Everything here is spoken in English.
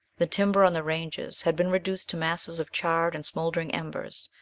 the timber on the ranges had been reduced to masses of charred and smouldering embers,